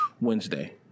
Wednesday